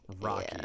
rocky